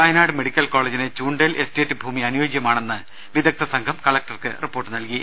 Wayanad medical കോളേജിന് ചുണ്ടേൽ എസ്റ്റേറ്റ്ഭൂമി അനു യോജ്യമാണെന്ന് വിദഗ്ധസംഘം കളക്ടർക്ക് റിപ്പോർട്ട് നൽകി